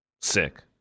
Sick